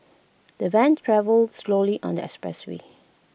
the van travelled slowly on the expressway